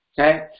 okay